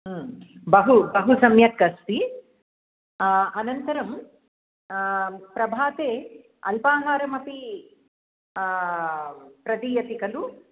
बहुबहुसम्यक् अस्ति अनन्तरं प्रभाते अल्पाहारमपि प्रदीयते खलु